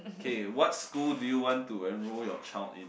K what school do you want to enroll your child in